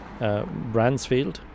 Bransfield